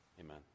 Amen